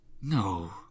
No